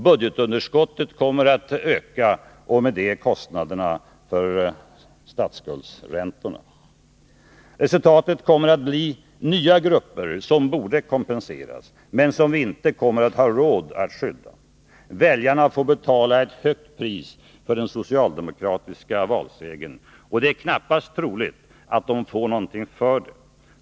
Budgetunderskottet kommer att öka och med det kostnaderna för statsskuldsräntorna. Resultatet kommer att bli nya grupper som borde kompenseras, men som vi inte kommer att ha råd att skydda. Väljarna får betala ett högt pris för den socialdemokratiska valsegern. Och det är knappast troligt att de får någonting för det.